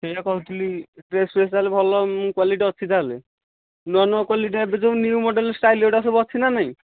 ହଁ କହୁଥିଲି dress fresh ଭଲ କ୍ୱାଲିଟି ଅଛି ତା'ହେଲେ ନୂଆ ନୂଆ କ୍ୱାଲିଟି ଏବେ ଯେଉଁ ନ୍ୟୁ ମଡ଼େଲ ଷ୍ଟାଇଲ ଅଛି ନା ନାହିଁ